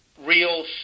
real